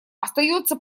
остается